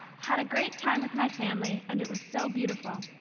had a great time with my family, and it was so beautiful.